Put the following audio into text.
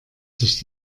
sich